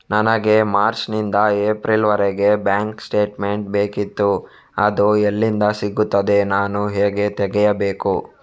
ನನಗೆ ಮಾರ್ಚ್ ನಿಂದ ಏಪ್ರಿಲ್ ವರೆಗೆ ಬ್ಯಾಂಕ್ ಸ್ಟೇಟ್ಮೆಂಟ್ ಬೇಕಿತ್ತು ಅದು ಎಲ್ಲಿಂದ ಸಿಗುತ್ತದೆ ನಾನು ಹೇಗೆ ತೆಗೆಯಬೇಕು?